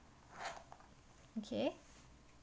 okay